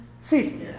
see